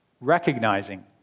recognizing